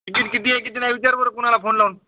ticket किती आहे किती नाही विचारं कोणाला फोन लाऊन